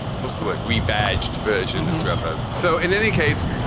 what's the word rebadged version and grubhub. so in any case,